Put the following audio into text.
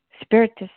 Spiritist